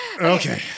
Okay